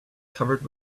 covered